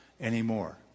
anymore